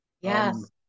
Yes